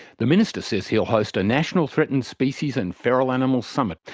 the minister says he'll host a national threatened species and feral animals summit